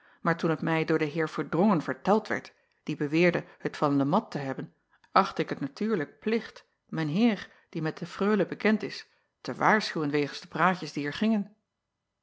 maar toen het mij door den eer erdrongen verteld werd die beweerde het van e at te hebben achtte ik het natuurlijk plicht mijn eer die met de reule bekend is te waarschuwen wegens de praatjes die er gingen